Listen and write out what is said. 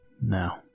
No